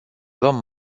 luăm